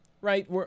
right